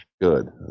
good